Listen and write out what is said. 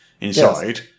inside